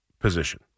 position